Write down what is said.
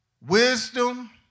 wisdom